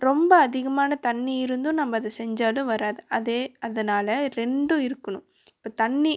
ரொம்ப அதிகமான தண்ணி இருந்தும் நம்ம அதை செஞ்சாலும் வராது அதே அதனால் ரெண்டும் இருக்கணும் இப்போ தண்ணி